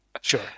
Sure